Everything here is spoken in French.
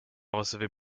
recevait